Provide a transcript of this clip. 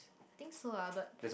I think so lah but